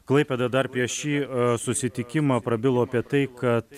klaipėda dar prieš šį susitikimą prabilo apie tai kad